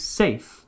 safe